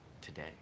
today